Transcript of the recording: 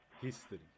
history